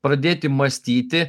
pradėti mąstyti